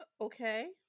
Okay